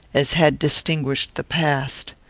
as had distinguished the past.